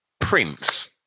Prince